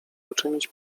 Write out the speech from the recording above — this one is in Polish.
uczynić